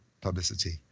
publicity